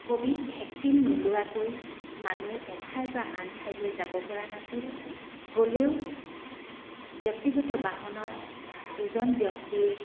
Covid vaccine নোলোৱাকৈ মানুহ এঠাইৰ পৰা আন ঠাইলৈ যাব পৰা নাছিল গ'লেও ব্যক্তিগত বাহনত দুজন ব্যক্তিৰ